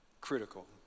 critical